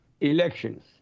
elections